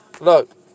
Look